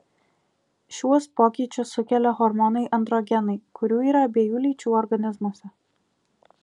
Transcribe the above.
šiuos pokyčius sukelia hormonai androgenai kurių yra abiejų lyčių organizmuose